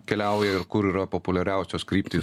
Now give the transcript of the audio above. keliauja ir kur yra populiariausios kryptys